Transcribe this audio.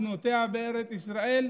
בארץ ישראל,